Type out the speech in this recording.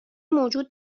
موجود